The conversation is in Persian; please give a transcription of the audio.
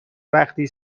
وقتی